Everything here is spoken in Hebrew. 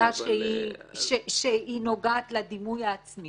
כאלה אדם יכול שהיה מודע לכך שתתרחש תוצאה קטלנית.